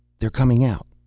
they're coming out.